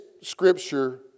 scripture